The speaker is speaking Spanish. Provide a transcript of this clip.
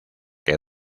que